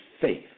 faith